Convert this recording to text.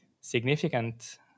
significant